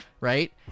right